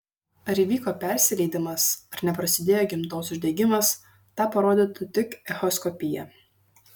ar įvyko persileidimas ar neprasidėjo gimdos uždegimas tą parodytų tik echoskopija